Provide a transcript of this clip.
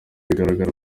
bigaragara